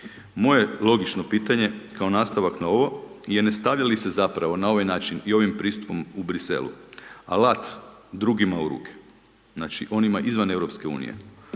Moje logično pitanje, kao nastavak na ovo je ne stavi li se zapravo na ovaj način i ovim pristupom u Bruxellesu, alat drugima u ruke, znači onima izvan Europske unije,